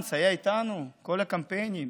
גנץ היה איתנו כל הקמפיינים,